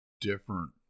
different